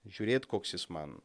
žiūrėt koks jis man